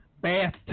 bath